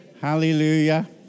Hallelujah